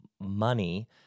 money